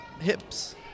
hips